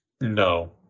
No